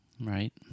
Right